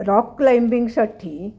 rock क्लाइम्बिंगसाठी